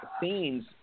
scenes